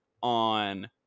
on